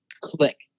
click